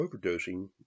overdosing